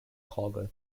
cargo